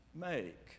make